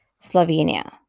Slovenia